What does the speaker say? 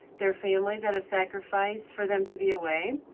their families that have sacrificed for them to be away.